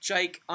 Jake